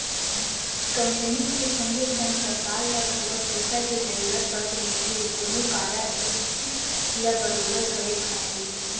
company के संगे संग सरकार ल घलौ पइसा के जरूरत पड़त रहिथे कोनो कारज ल बरोबर करे खातिर